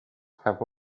have